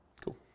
Cool